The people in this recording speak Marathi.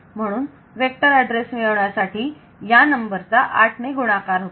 म्हणून vectorएड्रेस मिळवण्यासाठी या नंबर चा 8 ने गुणाकार होतो